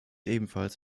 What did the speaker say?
ebenfalls